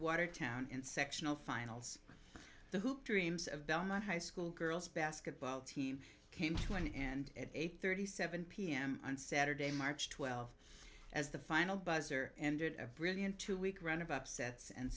watertown and sectional finals the hoop dreams of belmont high school girls basketball team came to an end at eight thirty seven pm on saturday march twelfth as the final buzzer ended a brilliant two week run of upsets and